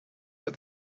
but